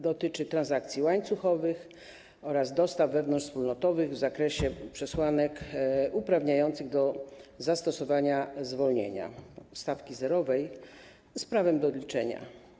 Dotyczy to transakcji łańcuchowych oraz dostaw wewnątrzwspólnotowych w zakresie przesłanek uprawniających do zastosowania zwolnienia, stawki zerowej, z prawem do odliczenia.